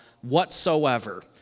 whatsoever